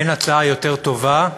אין הצעה יותר טובה,